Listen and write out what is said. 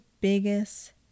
biggest